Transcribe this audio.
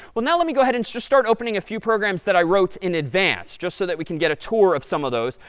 well, now let me go ahead and just start opening a few programs that i wrote in advance, just so that we can get a tour of some of those.